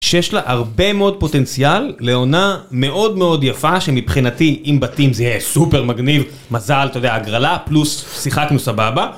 שיש לה הרבה מאוד פוטנציאל לעונה מאוד מאוד יפה שמבחינתי עם בתים זה יהיה סופר מגניב, מזל אתה יודע הגרלה פלוס שיחקנו סבבה